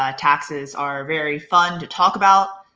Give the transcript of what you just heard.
ah taxes are very fun to talk about.